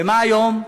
ומה היום?